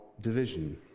division